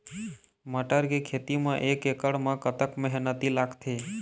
मटर के खेती म एक एकड़ म कतक मेहनती लागथे?